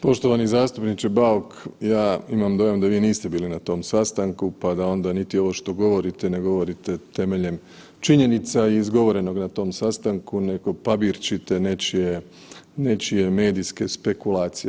Poštovani zastupniče Bauk, ja imam dojam da vi niste bili na tom sastanku pa da onda niti ovo što govorite, ne govorite temeljem činjenica i izgovorenog na tom sastanku nego pabirčite nečije medijske spekulacije.